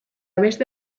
beste